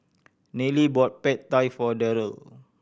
Nealie bought Pad Thai for Darryle